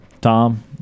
Tom